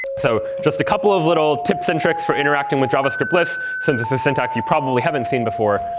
so just a couple of little tips and tricks for interacting with javascript lists, since it's a syntax you probably haven't seen before,